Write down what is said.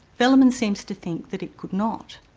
velleman seems to think that it could not.